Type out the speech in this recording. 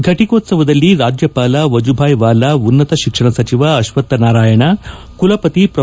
ಫಟಿಕೋತ್ತವದಲ್ಲಿ ರಾಜ್ಯಪಾಲ ವಾಜುಬಾಯಿ ವಾಲಾ ಉನ್ನತ ಶಿಕ್ಷಣ ಸಚಿವ ಅತ್ತತ್ವನಾರಾಯಣ ಕುಲಪತಿ ಪ್ರೊ